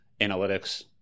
analytics